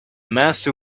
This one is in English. master